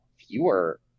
fewer